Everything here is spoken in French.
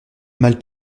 mal